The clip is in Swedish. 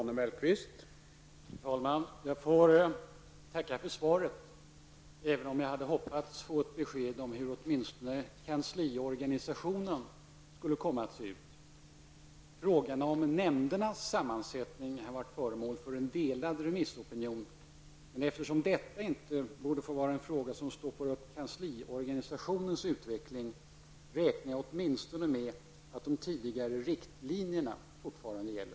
Herr talman! Jag får tacka för svaret, även om jag hade hoppats att åtminstone få ett besked om hur kansliorganisationen skulle komma att se ut. Frågan om nämndernas sammansättning har varit föremål för en delad remissopinion. Men eftersom detta inte borde vara en fråga som rör kansliorganisationens sammansättning, räknar jag med att de tidigare riktlinjerna fortfarande gäller.